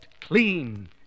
clean